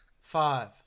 Five